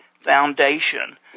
Foundation